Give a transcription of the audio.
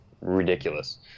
ridiculous